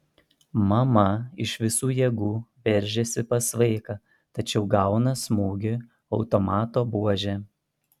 mama iš visų jėgų veržiasi pas vaiką tačiau gauna smūgį automato buože